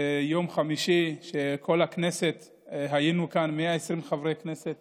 ביום חמישי, כשהיינו כאן 120 חברי כנסת